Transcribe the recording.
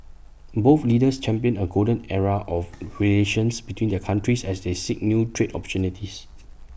both leaders championed A golden era of relations between their countries as they seek new trade opportunities